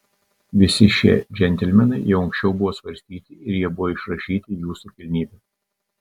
visi šie džentelmenai jau anksčiau buvo svarstyti ir jie buvo išrašyti jūsų kilnybe